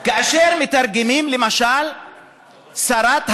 כאשר מתרגמים למשל את שרת המשפטים,